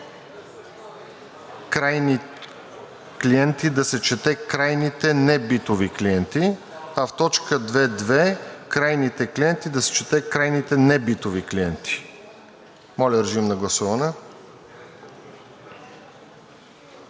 „крайни клиенти“ да се чете „крайните небитови клиенти“, а в т. 2.2. „крайните клиенти“ да се чете „крайните небитови клиенти“. Моля, режим на гласуване.